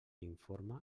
informa